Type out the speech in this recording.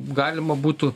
galima būtų